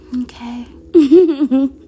Okay